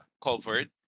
covered